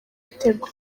ibitego